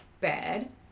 bad